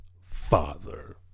father